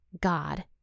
God